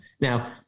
Now